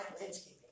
landscaping